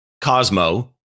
Cosmo